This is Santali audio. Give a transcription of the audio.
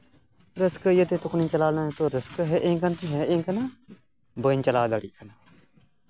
ᱨᱟᱹᱥᱠᱟᱹ ᱤᱭᱟᱹᱛᱮ ᱛᱚᱠᱷᱚᱱᱤᱧ ᱪᱟᱞᱟᱣ ᱮᱱᱟ ᱱᱤᱛᱚᱜ ᱨᱟᱹᱥᱠᱟᱹ ᱦᱮᱡ ᱤᱧ ᱠᱟᱱᱟ ᱵᱟᱹᱧ ᱪᱟᱞᱟᱣ ᱫᱟᱲᱮᱭᱟᱜ ᱠᱟᱱᱟ